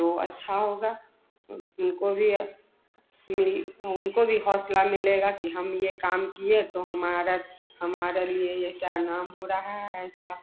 तो अच्छा होगा उनको भी अब मिल उनको भी हौसला मिलेगा कि हम यह काम किए तो हमारा हमारे लिए यह सारा नाम हो रहा है ऐसा